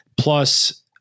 Plus